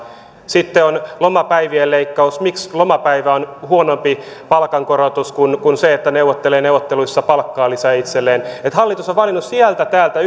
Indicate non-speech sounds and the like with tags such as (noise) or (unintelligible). sitten on lomapäivien leikkaus miksi lomapäivä on huonompi palkankorotus kuin se että neuvottelee neuvotteluissa palkkaa lisää itselleen eli hallitus on valinnut sieltä täältä (unintelligible)